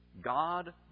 God